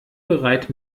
bereit